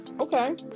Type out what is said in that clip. Okay